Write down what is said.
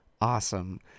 awesome